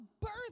birth